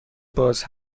باز